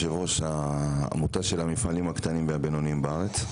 מהתאגדות מפעלי הבשר הקטנים והבינוניים בארץ.